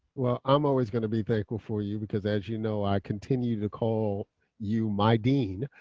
well, i'm always going to be thankful for you because as you know, i continue to call you my dean,